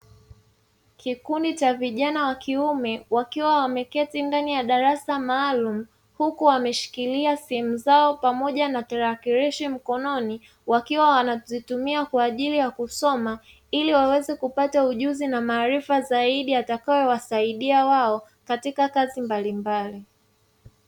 Kikundi cha vijana wa kiume wakiwa wameketi ndani ya darasa maalumu, huku wameshikilia simu zao pamoja na tarakilishi mkononi, wakiwa wanazitumia kwa ajili ya kusoma ili waweze kupata ujuzi na maarifa zaidi yatakayowasaidia wao katika kazi mbalimbali.